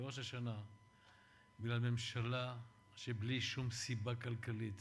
לראש השנה כאשר ממשלה בלי שום סיבה כלכלית